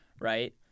right